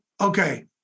Okay